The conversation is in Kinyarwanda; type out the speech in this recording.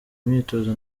myitozo